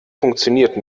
funktioniert